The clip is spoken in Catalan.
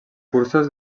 cursos